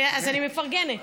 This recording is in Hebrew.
אז אני מפרגנת.